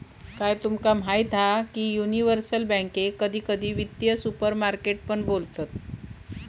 काय तुमका माहीत हा की युनिवर्सल बॅन्केक कधी कधी वित्तीय सुपरमार्केट पण बोलतत